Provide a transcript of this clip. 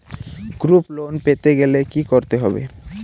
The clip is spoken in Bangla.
গ্রুপ লোন পেতে গেলে কি করতে হবে?